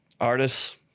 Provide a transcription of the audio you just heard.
artists